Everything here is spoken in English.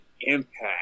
impact